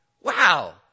Wow